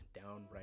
downright